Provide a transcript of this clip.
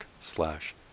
slash